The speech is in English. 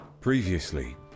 Previously